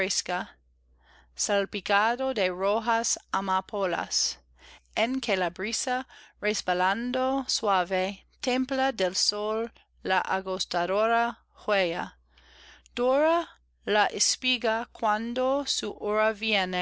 salpicado de rojas amapolas en que la brisa resbalando suave templa del sol la agostadora huella dora la espiga cuando su